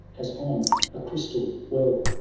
as on a crystal well.